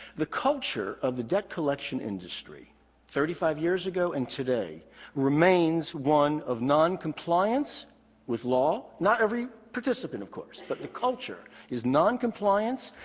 the culture of the debt collection industry thirty five years ago and today remains one of noncompliance with law. not every participant, of course, but the culture is noncompliance.